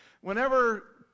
Whenever